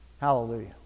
Hallelujah